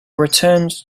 returned